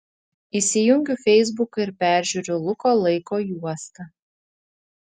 įsijungiu feisbuką ir peržiūriu luko laiko juostą